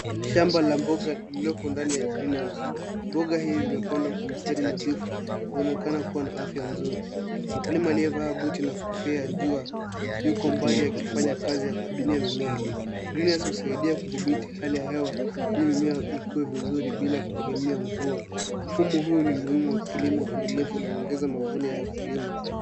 Shamba la mboga lililoko ndani ya greenhouse mboga hii zimepangwa kwa mistari nadhifu na inaonekana kua na afya nzuri mkulima aliyevaa booti na kofia yuko mbali akifanya kazi ya kuhudumia mimea greenhouse husaidia kudhibiti hali ya hewa ili mimea ikuwe vizuri bila kutegemea mvua mfumo huu ni muhimu wa kilimo enedelevu na kuongeza mavuno ya wakulima.